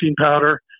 powder